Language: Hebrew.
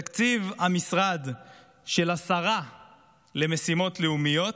תקציב המשרד של השרה למשימות לאומיות,